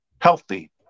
healthy